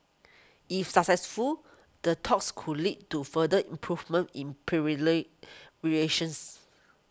if successful the talks could lead to further improvements in privately relations